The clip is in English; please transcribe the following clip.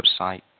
website